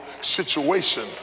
situation